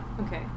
Okay